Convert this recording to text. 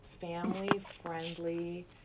family-friendly